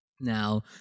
Now